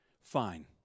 Fine